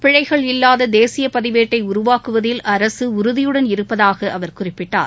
பிழைகள் இல்லாத தேசியப்பதிவேட்டை உருவாக்குவதில் அரசு உறுதியுடன் இருப்பதாக அவர் குறிப்பிட்டார்